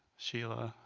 sheila,